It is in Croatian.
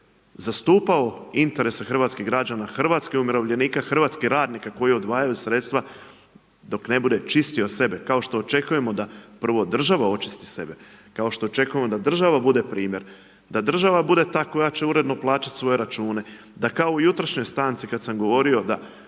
zastupljeno interese hrvatskih građana, hrvatskih umirovljenika, hrvatskih ratnika koje odvajaju sredstva, dok ne bude čistio sebe, kao što očekujemo da država očisti sebe, kao što očekujemo da država bude primjer. Da država bude ta koja će uredno plaćati svoje račune, da kao i jutrošnjoj stanci u kojoj sam govorio, da